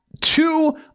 two